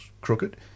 crooked